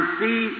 see